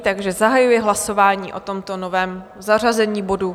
Takže zahajuji hlasování o tomto novém zařazení bodu.